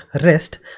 REST